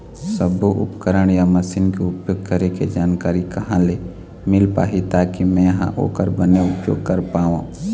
सब्बो उपकरण या मशीन के उपयोग करें के जानकारी कहा ले मील पाही ताकि मे हा ओकर बने उपयोग कर पाओ?